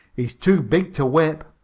is too big to whip.